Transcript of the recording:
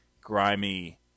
grimy